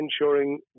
ensuring